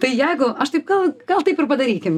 tai jeigu aš taip gal gal taip ir padarykim